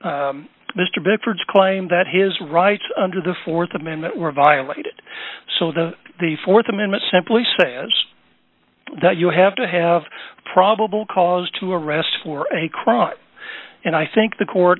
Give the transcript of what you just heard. on mr bickford claim that his rights under the th amendment were violated so the the th amendment simply says that you have to have probable cause to arrest for a crime and i think the court